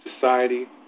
society